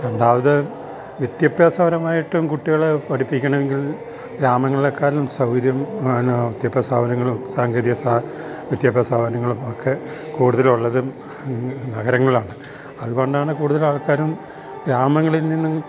രണ്ടാമത് വിദ്യാഭ്യാസപരമായിട്ടും കുട്ടികളെ പഠിപ്പിക്കനാം എങ്കിൽ ഗ്രാമങ്ങളിലെക്കാലും സൗകര്യം ആ എന്ന വിദ്യാഭ്യാസ സ്ഥാപനങ്ങളും സാങ്കേതിക വിദ്യാഭ്യാസ സ്ഥാപനങ്ങളും ഒക്കെ കൂടുതൽ ഉള്ളതും നഗരങ്ങളാണ് അതുകൊണ്ടാണ് കൂടുതൽ ആൾക്കാരും ഗ്രാമങ്ങളിൽ നിന്നും